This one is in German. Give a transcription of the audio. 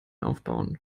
aufbauen